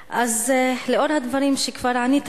לאור הדברים שכבר ענית,